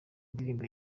ndirimbo